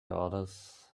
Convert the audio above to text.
others